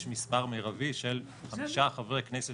יש מספר מרבי של חמישה חברי כנסת